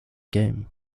game